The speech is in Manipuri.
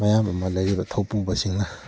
ꯃꯌꯥꯝ ꯑꯃ ꯂꯩꯔꯤꯕ ꯊꯧꯄꯨꯕꯁꯤꯡꯅ